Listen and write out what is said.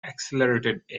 accelerated